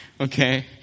Okay